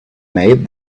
made